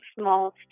small